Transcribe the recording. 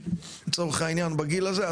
לצורך העניין בגיל הזה,